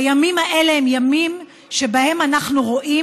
הימים האלה הם ימים שבהם אנחנו רואים